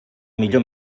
millor